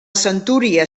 centúria